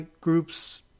groups